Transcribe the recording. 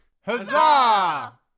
Huzzah